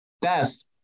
best